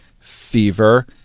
fever